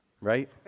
right